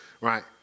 right